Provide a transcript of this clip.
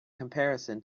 comparison